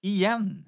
Igen